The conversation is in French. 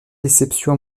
déception